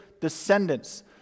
descendants